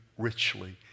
richly